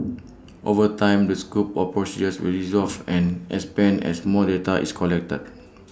over time the scope of procedures will evolve and expand as more data is collected